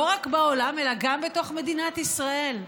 לא רק בעולם אלא גם בתוך מדינת ישראל?